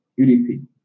UDP